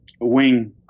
wing